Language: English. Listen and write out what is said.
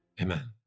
Amen